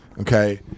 Okay